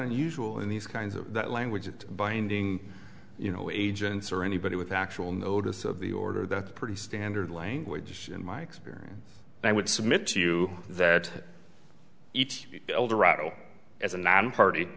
unusual in these kinds of that language that binding you know agents or anybody with actual notice of the order that's pretty standard language in my experience and i would submit to you that each eldorado as a party